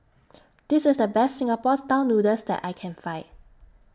This IS The Best Singapore Style Noodles that I Can Find